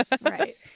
right